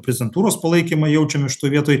prezidentūros palaikymą jaučiame šitoj vietoj